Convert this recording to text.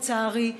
לצערי,